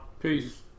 Peace